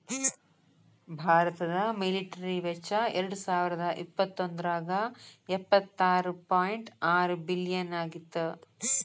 ಭಾರತದ ಮಿಲಿಟರಿ ವೆಚ್ಚ ಎರಡಸಾವಿರದ ಇಪ್ಪತ್ತೊಂದ್ರಾಗ ಎಪ್ಪತ್ತಾರ ಪಾಯಿಂಟ್ ಆರ ಬಿಲಿಯನ್ ಆಗಿತ್ತ